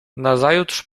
nazajutrz